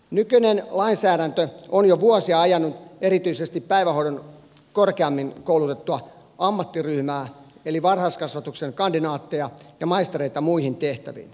nykyinen lainsäädäntö on jo vuosia ajanut erityisesti päivähoidon korkeammin koulutettua ammattiryhmää eli varhaiskasvatuksen kandidaatteja ja maistereita muihin tehtäviin